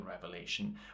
Revelation